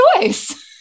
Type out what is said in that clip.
choice